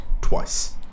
twice